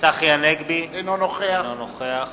צחי הנגבי, אינו נוכח